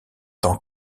tant